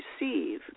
receive